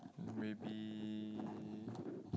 maybe